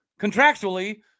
contractually